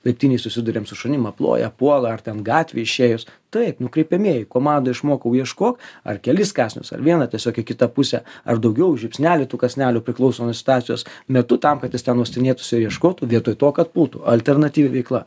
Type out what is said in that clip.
laiptinėj susiduriam su šunim aploja puola ten gatvėj išėjus taip nukreipiamieji komandą išmokau ieškok ar kelis kąsnius ar vieną tiesiog į kitą pusę ar daugiau žiupsnelį tų kąsnelių priklauso nuo situacijos metu tam kad jis ten uostinėtųsi ieškotų vietoj to kad būtų alternatyvi veikla